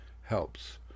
helps